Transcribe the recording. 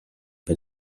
bei